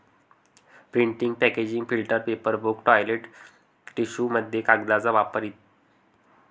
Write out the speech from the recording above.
printing packaging filter paper book toilet टिश्यूमध्ये कागदाचा वापर इ